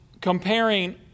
comparing